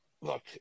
look